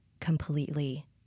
completely